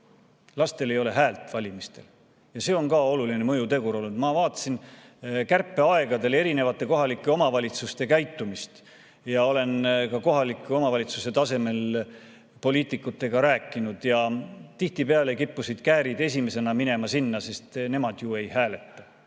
lastel ei ole häält valimistel. Ja see on ka oluline mõjutegur olnud. Ma vaatasin kärpeaegadel erinevate kohalike omavalitsuste käitumist ja olen ka kohaliku omavalitsuse tasemel poliitikutega rääkinud. Tihtipeale kippusid käärid esimesena minema sinna, sest nemad ju ei hääleta.